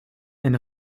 and